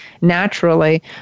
naturally